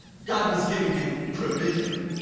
god was giving him provision.